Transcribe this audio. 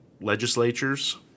legislatures